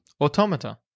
Automata